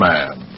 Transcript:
Man